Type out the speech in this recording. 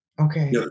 okay